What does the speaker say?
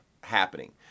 happening